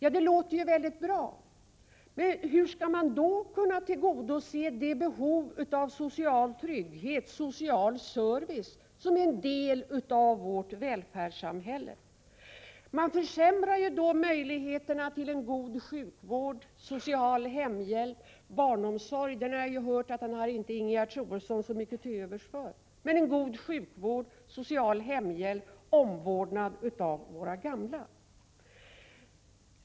Det låter ju väldigt bra, men hur skall man då kunna tillgodose de behov av social trygghet och service som är en del av vårt välfärdssamhälle? Man försämrar ju då möjligheterna till barnomsorg —- men vi har hört att barnomsorgen har Ingegerd Troedsson inte värst mycket till övers för —, god sjukvård, social hemhjälp och omvårdnad av våra gamla.